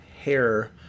hair